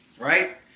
right